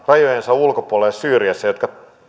rajojensa ulkopuolella syyriassa kurdeja jotka